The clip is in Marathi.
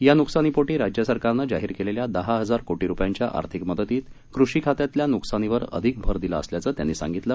या नुकसानीपोटी राज्य सरकारनं जाहीर केलेल्या दहा हजार कोटी रूपयांच्या आर्थिक मदतीत कृषी खात्यातल्या नुकसानीवर अधिक भर दिला असल्याचं त्यांनी सांगितलं